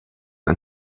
ein